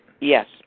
Yes